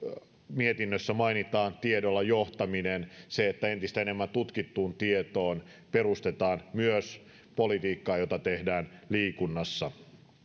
mietinnössä mainitaan on tiedolla johtaminen se että entistä enemmän tutkittuun tietoon perustetaan myös politiikkaa jota tehdään liikunnassa